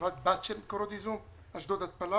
חברת בת של מקורות ייזום אשדוד התפלה,